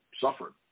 suffered